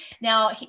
now